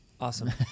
Awesome